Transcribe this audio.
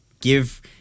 Give